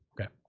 Okay